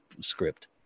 script